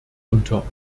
unter